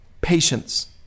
patience